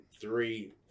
three